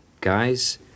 guys